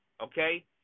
okay